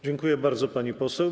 Dziękuję bardzo, pani poseł.